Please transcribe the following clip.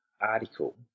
article